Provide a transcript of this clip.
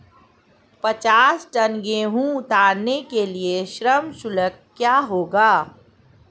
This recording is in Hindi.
पचास टन गेहूँ उतारने के लिए श्रम शुल्क क्या होगा?